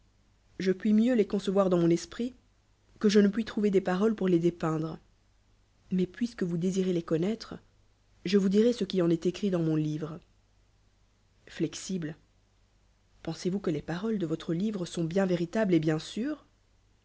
je pnis miell'i les concevoir dans mon esprit que je ne puis trouver des paroles pour les d l indre mais puisque vous désirez les connoître je vous dirai ce qui en est écrit dans mon livre fhe rible pensez vors que les paroles de votre livre sont bien véritables et bien sûres